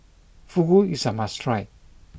Fugu is a must try